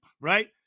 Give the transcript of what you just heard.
right